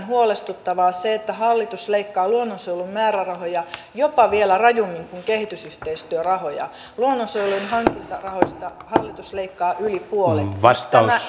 huolestuttavaa se että hallitus leikkaa luonnonsuojelun määrärahoja jopa vielä rajummin kuin kehitysyhteistyörahoja luonnonsuojelun hankintarahoista hallitus leikkaa yli puolet nämä